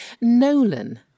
Nolan